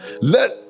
Let